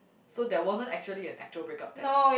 so there wasn't actually an actual break up text